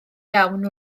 iawn